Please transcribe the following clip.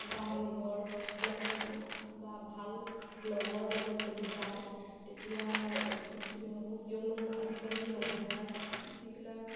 বা নিজৰ চিনাকি বা ভাল লগৰ লগত যদি যায় তেতিয়া মই উচিত বুলি ভাবোঁ কিয়নো আজিকালি মহিলাৰ যিবিলাক